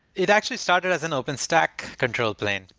it actually started as an open-stack controlled plain.